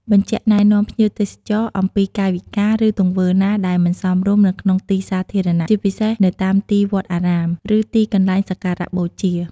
បញ្ជាក់ណែនាំភ្ញៀវទេសចរអំពីកាយវិការ ឬទង្វើណាដែលមិនសមរម្យនៅក្នុងទីសាធារណៈ ជាពិសេសនៅតាមទីវត្តអារាម ឬទីកន្លែងសក្ការៈបូជា។